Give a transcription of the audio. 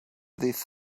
these